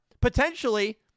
potentially